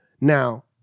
now